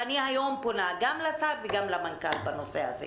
היום אני פונה גם לשר וגם למנכ"ל בנושא הזה.